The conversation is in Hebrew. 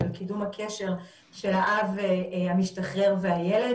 של קידום הקשר של האב המשתחרר והילד,